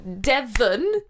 Devon